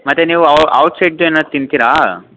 ಮತ್ತು ನೀವು ಔಟ್ ಸೈಡ್ದು ಏನಾರು ತಿಂತಿರಾ